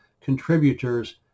contributors